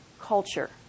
culture